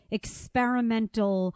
experimental